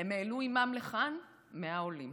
הם העלו עימם לכאן 100 עולים.